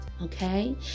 Okay